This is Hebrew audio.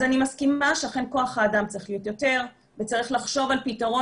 אז אני מסכימה שאכן כוח האדם צריך להיות יותר וצריך לחשוב על פתרון